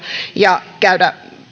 ja